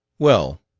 well,